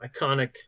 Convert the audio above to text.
iconic